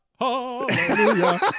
hallelujah